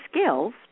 skills